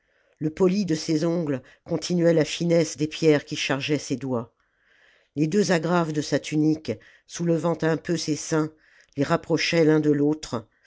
le poli de ses ongles continuait la finesse des pierres qui chargeaient ses doigts les deux agrafes de sa tunique soulevant un peu ses seins les rapprochaient l'un de l'autre